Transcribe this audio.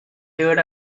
தேட